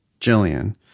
Jillian